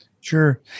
Sure